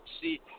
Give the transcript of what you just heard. see